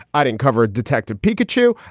i discovered detective peek at you.